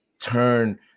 turn